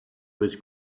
was